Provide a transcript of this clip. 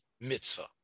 mitzvah